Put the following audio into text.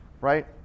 right